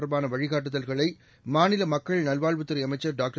தொடர்பான வழிகாட்டுதல்களை மாநில மக்கள் நல்வாழ்வுத்துறை அமைச்சர் டாக்டர்